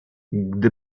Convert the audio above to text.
gdy